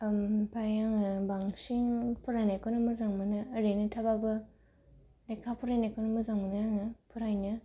ओमफाय आङो बांसिन फरायनायखौनो मोजां मोनो ओरैनो थाब्लाबो लेखा फरायनायखौनो मोजां मोनो आङो फरायनो